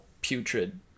putrid